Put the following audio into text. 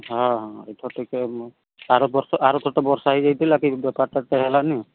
ହଁ ହଁ ଏଥର ଟିକେ ଆର ବର୍ଷ ଆର ଥର ତ ବର୍ଷା ହେଇଯାଇଥିଲା ବେପାରଟା ହେଲାନି